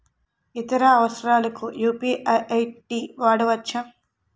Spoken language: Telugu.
ఇతర అవసరాలకు యు.పి.ఐ ఐ.డి వాడవచ్చా?